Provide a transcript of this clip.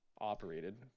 operated